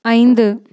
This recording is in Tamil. ஐந்து